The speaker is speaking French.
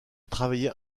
travaillé